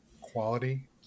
quality